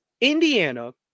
Indiana